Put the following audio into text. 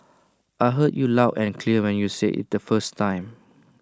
I heard you loud and clear when you said IT the first time